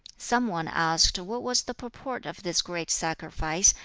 some one asked what was the purport of this great sacrifice,